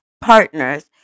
partners